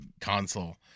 console